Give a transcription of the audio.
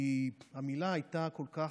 כי המילה הייתה כל כך,